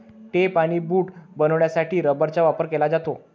tape आणि boot बनवण्यासाठी रबराचा वापर केला जातो